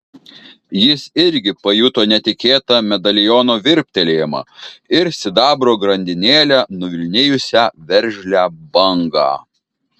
jis irgi pajuto netikėtą medaliono virptelėjimą ir sidabro grandinėle nuvilnijusią veržlią bangą